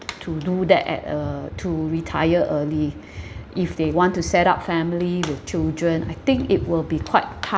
to do that at uh to retire early if they want to set up family with children I think it will be quite tough